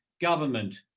government